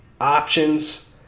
options